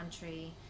country